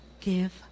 give